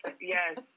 Yes